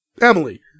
Emily